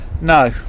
No